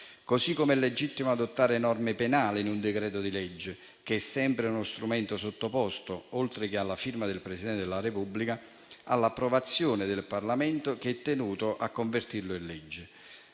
Così come è legittimo adottare norme penali in un decreto-legge, che è sempre uno strumento sottoposto, oltre che alla firma del Presidente della Repubblica, all'approvazione del Parlamento, che è tenuto a convertirlo in legge.